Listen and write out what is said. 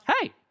hey